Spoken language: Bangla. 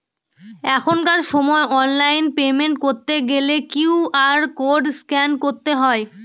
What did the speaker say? এখনকার সময় অনলাইন পেমেন্ট করতে গেলে কিউ.আর কোড স্ক্যান করতে হয়